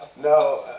No